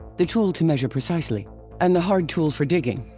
the tool to measure precisely and the hard tool for digging,